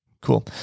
cool